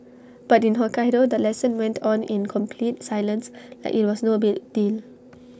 but in Hokkaido the lesson went on in complete silence like IT was no big deal